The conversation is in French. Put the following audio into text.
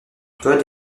code